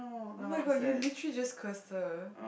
[oh]-my-god you literally just cursed her